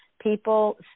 People